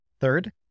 Third